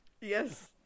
Yes